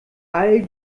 all